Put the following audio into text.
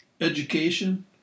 Education